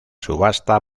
subasta